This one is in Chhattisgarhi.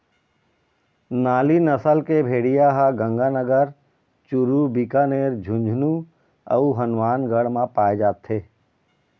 नाली नसल के भेड़िया ह गंगानगर, चूरू, बीकानेर, झुंझनू अउ हनुमानगढ़ म पाए जाथे